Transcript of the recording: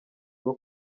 bwo